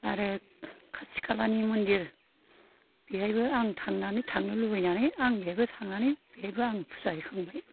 आरो खाथि खालानि मन्दिर बेहायबो आं थांनानै थांनो लुबैनानै आं बेहायबो थांनानै बेहायबो आं फुजा हैखांबाय